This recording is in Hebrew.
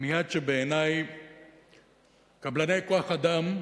מייד שבעיני קבלני כוח-אדם,